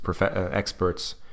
experts